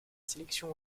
sélection